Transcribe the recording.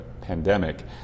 pandemic